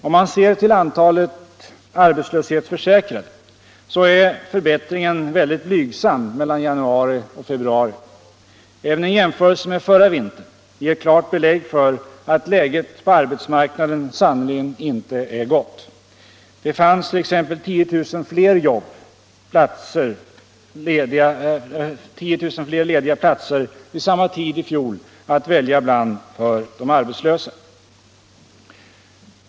Om man ser till antalet arbetslöshetsförsäkrade finner man att förbättringen är mycket blygsam mellan januari och februari. Även en jämförelse med förra vintern ger klart belägg för att läget på arbetsmarknaden sannerligen inte är gott. Det fanns t.ex. 10 000 fler lediga platser vid samma tid i fjol att välja bland för de arbetslösa.